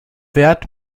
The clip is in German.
wert